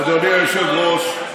אדוני היושב-ראש,